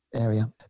area